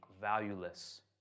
valueless